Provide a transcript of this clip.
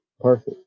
Perfect